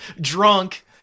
drunk